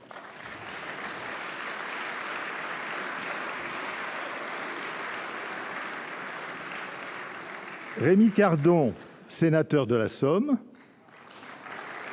Rémi Cardon, sénateur de la Somme